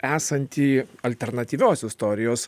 esantį alternatyvios istorijos